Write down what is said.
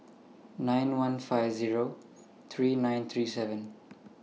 nine one five three nine three seven